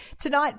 tonight